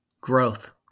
growth